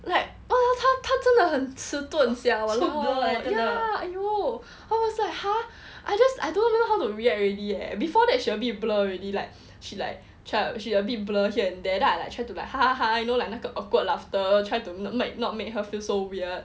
like !wah! 他他真的很迟钝 sia !walao! ya !aiyo! I was like !huh! I just I don't even know how to react already eh before that she a bit blur already like she like try she a bit blur here and there then I like try to like hahaha ya I know like you know 那个 awkward laughter try to n~ make not make her feel so weird